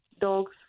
dogs